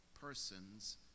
persons